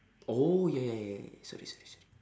oh ya ya ya ya sorry sorry sorry